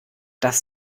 das